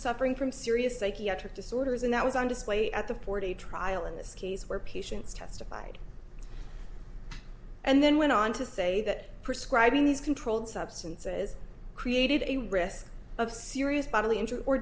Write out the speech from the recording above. suffering from serious psychiatric disorders and that was on display at the porty trial in this case where patients testified and then went on to say that prescribing these controlled substances created a risk of serious bodily injury or